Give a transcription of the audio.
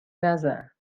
نزن